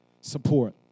support